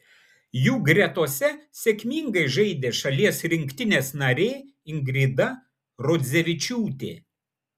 jų gretose sėkmingai žaidė šalies rinktinės narė ingrida rodzevičiūtė